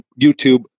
YouTube